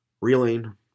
reeling